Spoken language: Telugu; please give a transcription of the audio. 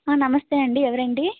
నమస్తే అండి ఎవరండి